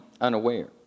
unaware